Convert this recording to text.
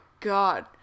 God